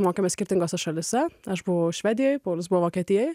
mokėmės skirtingose šalyse aš buvau švedijoj paulius buvo vokietijoj